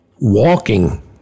walking